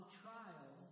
trial